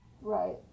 Right